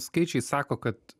skaičiai sako kad